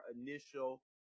initial